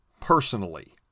personally